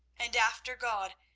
and, after god,